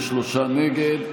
נגד.